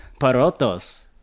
parotos